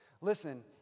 Listen